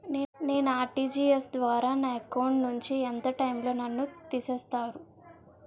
నేను ఆ.ర్టి.జి.ఎస్ ద్వారా నా అకౌంట్ నుంచి ఎంత టైం లో నన్ను తిసేస్తారు?